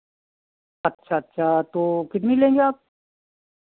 अच्छा अच्छा तो कितनी लेंगे आप